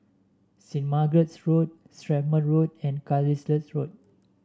Saint Margaret's Road Strathmore Road and Carlisle Road